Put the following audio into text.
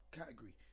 category